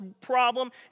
problem